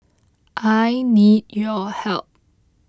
I need your help